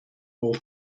all